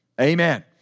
Amen